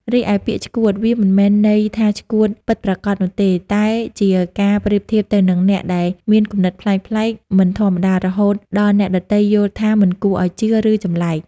រីឯ ពាក្យ "ឆ្កួត" វាមិនមានន័យថាឆ្កួតពិតប្រាកដនោះទេ តែជាការប្រៀបធៀបទៅនឹងអ្នកដែលមានគំនិតប្លែកៗ មិនធម្មតា រហូតដល់អ្នកដទៃយល់ថាមិនគួរឱ្យជឿ ឬចម្លែក។